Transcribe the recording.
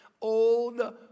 old